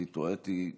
אתי טואטי,